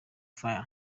fire